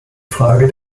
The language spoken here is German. frage